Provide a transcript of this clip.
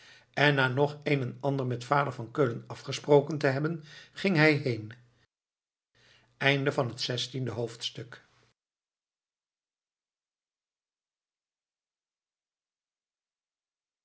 en na nog een en ander met vader van keulen afgesproken te hebben ging hij heen